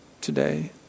today